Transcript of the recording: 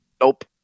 Nope